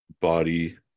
body